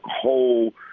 whole